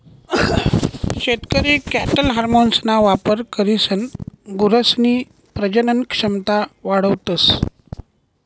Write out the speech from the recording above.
शेतकरी कॅटल हार्मोन्सना वापर करीसन गुरसनी प्रजनन क्षमता वाढावतस